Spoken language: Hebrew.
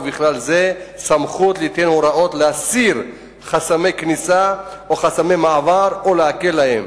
ובכלל זה סמכות ליתן הוראות להסיר חסמי כניסה או חסמי מעבר או להקל בהם.